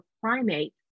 primate